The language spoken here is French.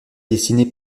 dessinée